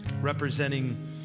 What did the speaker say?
representing